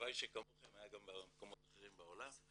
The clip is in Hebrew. הלוואי שכמוכם היו גם במקומות אחרים בעולם,